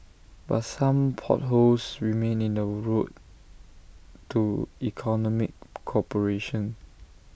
but some potholes remain in the road to economic cooperation